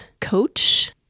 coach